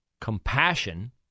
compassion